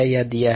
या दिया गया है